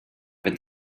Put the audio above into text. wenn